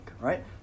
right